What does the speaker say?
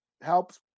helps